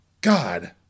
God